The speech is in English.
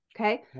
Okay